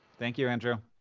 thank you, andrew.